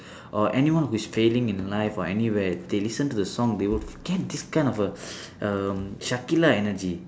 or anyone who is failing in life or anywhere they listen to the song they will get this kind of a um shakila energy